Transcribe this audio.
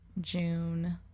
June